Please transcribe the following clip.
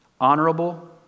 honorable